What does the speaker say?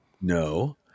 No